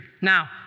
Now